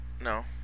No